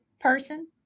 person